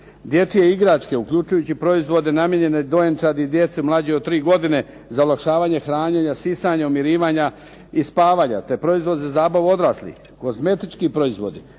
Dječje igračke uključujući proizvode namijenjene dojenčadi i djeci mlađe od tri godine za olakšavanje hranjenja, sisanja, umirivanja i spavanja, te proizvodu za zabavu odraslih. Kozmetički proizvodi,